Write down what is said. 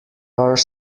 are